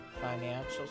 financial